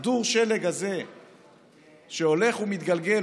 כדור השלג הזה שהולך ומתגלגל,